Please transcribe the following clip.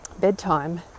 bedtime